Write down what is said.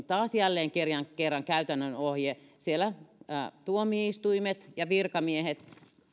taas jälleen kerran kerran käytännön ohje siellä tuomioistuimet ja virkamiehet